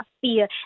fear